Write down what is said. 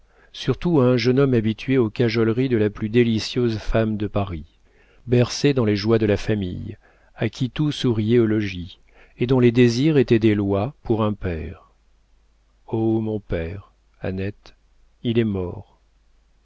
surtout à un jeune homme habitué aux cajoleries de la plus délicieuse femme de paris bercé dans les joies de la famille à qui tout souriait au logis et dont les désirs étaient des lois pour un père oh mon père annette il est mort